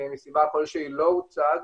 כלשהי לא הוצג.